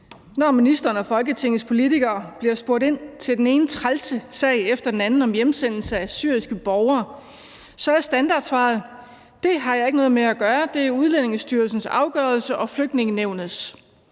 Når ministeren og Folketingets politikere bliver spurgt ind til den ene trælse sag efter den anden om hjemsendelse af syriske borgere, er standardsvaret: Det har jeg ikke noget med at gøre. Det er Udlændingestyrelsens afgørelse og Flygtningenævnets.